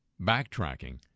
backtracking